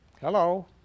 Hello